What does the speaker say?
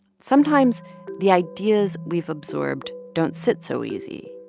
sometimes the ideas we've absorbed don't sit so easy.